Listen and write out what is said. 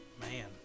Man